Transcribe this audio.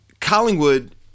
Collingwood